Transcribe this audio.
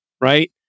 right